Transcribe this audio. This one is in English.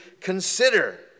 consider